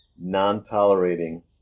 non-tolerating